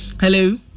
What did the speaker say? Hello